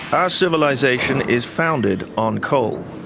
our civilisation is founded on coal.